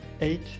Eight